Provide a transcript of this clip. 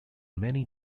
many